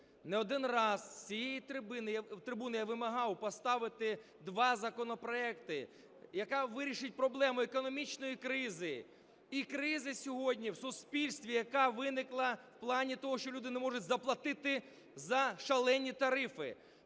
Не один раз з цієї трибуни я вимагав поставити два законопроекти, які вирішать проблему економічної кризи і кризи сьогодні в суспільстві, яка виникла в плані того, що люди не можуть заплатити за шалені тарифи.